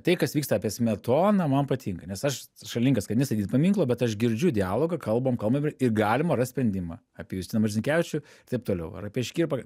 tai kas vyksta apie smetoną man patinka nes aš šalininkas kad nestatyt paminklo bet aš girdžiu dialogą kalbam kalbam ir ir galima rast sprendimą apie justiną marcinkevičių taip toliau ar apie škirpą